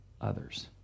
others